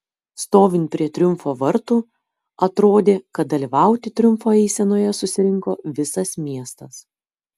stovint prie triumfo vartų atrodė kad dalyvauti triumfo eisenoje susirinko visas miestas